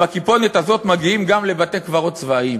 עם הכיפונת הזאת מגיעים גם לבתי-קברות צבאיים.